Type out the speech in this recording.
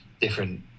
different